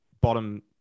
bottom